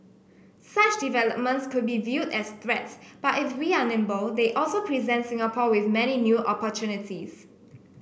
such developments could be viewed as threats but if we are nimble they also present Singapore with many new opportunities